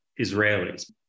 Israelis